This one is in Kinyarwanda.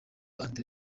andré